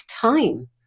time